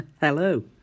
Hello